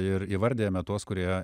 ir įvardijame tuos kurie